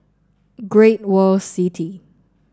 Great World City